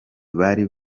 bari